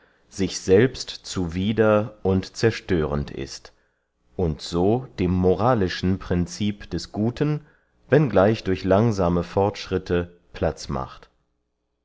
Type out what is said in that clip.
sich selbst zuwider und zerstöhrend ist und so dem moralischen princip des guten wenn gleich durch langsame fortschritte platz macht